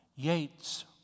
Yates